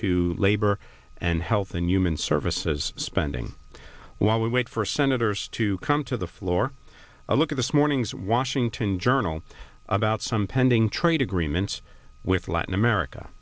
to labor and health and human services spending while we wait for senators to come to the floor a look at this morning's washington journal about some pending trade agreements with latin america